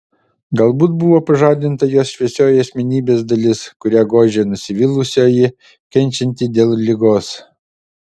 galbūt buvo pažadinta jos šviesioji asmenybės dalis kurią gožė nusivylusioji kenčianti dėl ligos